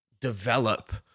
develop